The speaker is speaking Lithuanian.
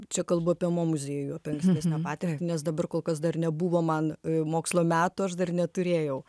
čia kalbu apie mo muziejų apie ankstesnę patirtį nes dabar kol kas dar nebuvo man mokslo metų aš dar neturėjau